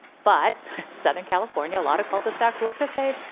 but southern california a lot of cul-de-sacs look the same,